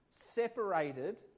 separated